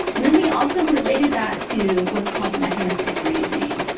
and then we also related that to what's called mechanistic reasoning.